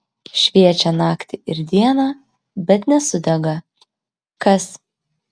šviečią naktį ir dieną bet nesudega kas